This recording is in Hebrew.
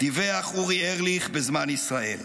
דיווח אורי ארליך ב"זמן ישראל".